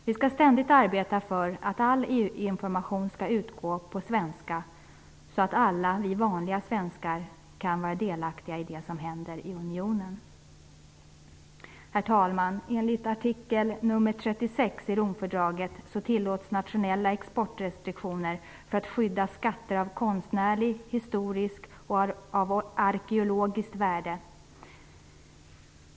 Vi skall ständigt arbeta för att all EU information skall utgå på svenska, så att alla vi vanliga svenskar kan vara delaktiga i det som händer i unionen. Herr talman! Enligt artikel 36 i Romfördraget tillåts nationella exportrestriktioner för att skydda skatter av konstnärligt, historiskt och arkeologiskt värde.